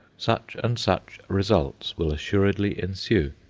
such and such results will assuredly ensue.